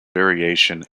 variation